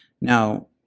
Now